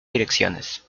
direcciones